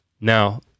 Now